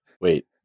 Wait